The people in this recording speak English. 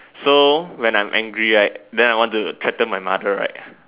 so when I'm angry right then I want to threaten my mother right